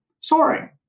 soaring